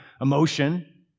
emotion